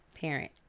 parent